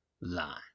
line